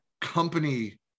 company